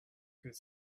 could